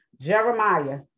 Jeremiah